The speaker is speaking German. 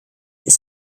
ist